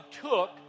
took